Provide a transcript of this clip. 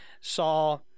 saw